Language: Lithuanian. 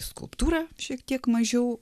skulptūrą šiek tiek mažiau